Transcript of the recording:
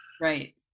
Right